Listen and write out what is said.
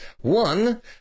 One